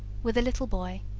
with a little buoy,